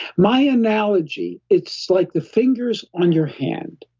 my analogy, it's like the fingers on your hand.